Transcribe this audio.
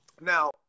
now